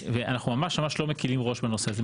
אנחנו ממש לא מקלים ראש בנושא הזה.